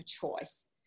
choice